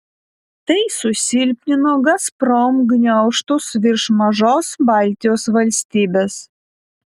tai susilpnino gazprom gniaužtus virš mažos baltijos valstybės